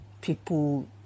people